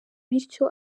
bityo